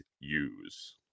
use